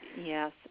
Yes